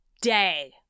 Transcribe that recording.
day